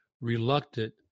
reluctant